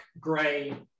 gray